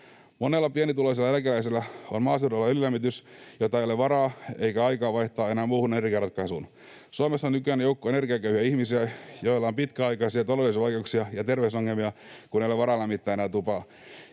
Monella pienituloisella eläkeläisellä on maaseudulla öljylämmitys, jota ei ole varaa eikä aikaa vaihtaa enää muuhun energiaratkaisuun. Suomessa on nykyään joukko energiaköyhiä ihmisiä, joilla on pitkäaikaisia taloudellisia vaikeuksia ja terveysongelmia, kun ei ole varaa lämmittää enää tupaa.